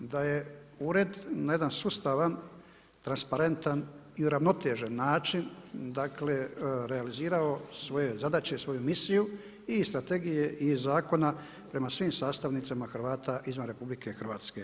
Da je ured na jedan sustavan, transparentan i uravnotežen način dakle realizirao svoje zadaće i svoju misiju i strategije i zakona prema svim sastavnicama Hrvata izvan RH.